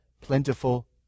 plentiful